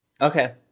Okay